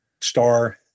star